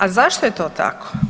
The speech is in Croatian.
A zašto je to tako?